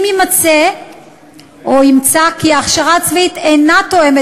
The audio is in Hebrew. אם יימצא כי ההכשרה הצבאית אינה תואמת